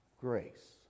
Grace